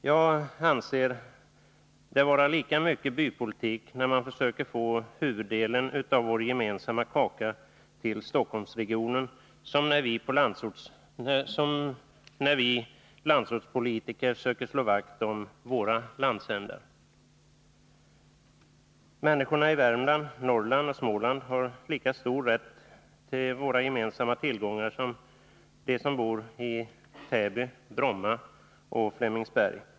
Jag anser det vara lika mycket bypolitik när man försöker få huvuddelen av vår gemensamma kaka till Stockholmsregionen som när vi landsortspolitiker söker slå vakt om våra landsändar. Människorna i Värmland, Norrland och Småland har lika stor rätt till våra gemensamma tillgångar som de som bor i Täby, Bromma eller Flemingsberg.